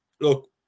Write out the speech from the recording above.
look